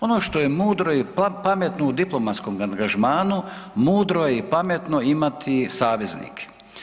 Ono što je mudro i pametno u diplomatskom angažmanu mudro je i pametno imati saveznike.